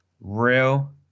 real